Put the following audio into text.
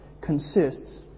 consists